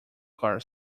car